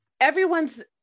everyone's